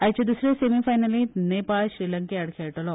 आयचे द्सरे सेमीफायनलीत नेपाळ श्रीलंके आड खेळटलो